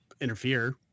interfere